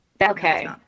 Okay